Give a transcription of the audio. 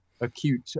acute